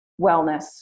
wellness